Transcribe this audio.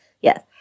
yes